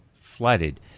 flooded